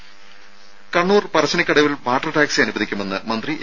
രും കണ്ണൂർ പറശ്ശിനിക്കടവിൽ water taxi അനുവദിക്കുമെന്ന് മന്ത്രി എ